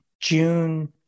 June